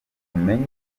tumenye